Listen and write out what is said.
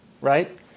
right